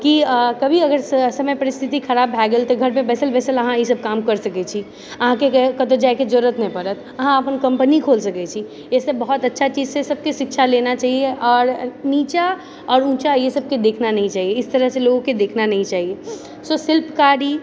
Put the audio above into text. कि कभी अगर समय परिस्थिति खराब भए गेल तऽ घरपर बैसल बैसल अहाँ इसब काम करि सकय छी अहाँके कतहुँ जाएके जरूरत नहि पड़त अहाँ अपन कम्पनी खोलि सकैत छी इसब बहुत अच्छा चीज छै सबके शिक्षा लेना चाहिए आओर नीचाँ आओर ऊँचा ये सबके देखना नही चाहिए इस तरहसे लोगोके देखना नही चाहिए सो शिल्पकारि